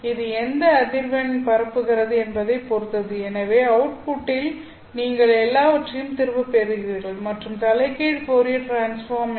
இது எந்த அதிர்வெண் பரப்புகிறது என்பதைப் பொறுத்தது எனவே அவுட்புட்டில் நீங்கள் எல்லாவற்றையும் திரும்பப் பெறுகிறீர்கள் மற்றும் தலைகீழ் ஃபோரியர் டிரான்ஸ்பார்ம் ஐ